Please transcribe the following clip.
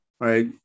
right